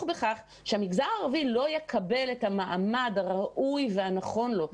בכך שהמגזר הערבי לא יקבל את המעמד הראוי והנכון לו,